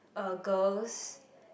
uh girls